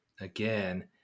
again